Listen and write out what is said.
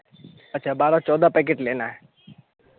अच्छा बारह चौदह पैकेट लेना है